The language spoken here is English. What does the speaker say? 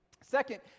Second